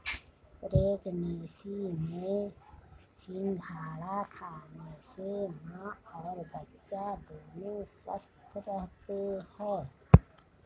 pregnancy में सिंघाड़ा खाने से मां और बच्चा दोनों स्वस्थ रहते है